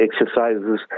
exercises